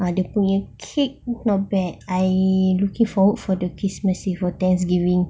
ah dia punya cake not bad I'm looking forward for the christmas for the thanksgiving